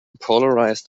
polarised